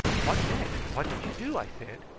what next? what did you do? i said.